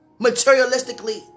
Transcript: Materialistically